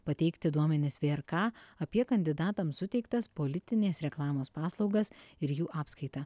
pateikti duomenis vrk apie kandidatams suteiktas politinės reklamos paslaugas ir jų apskaitą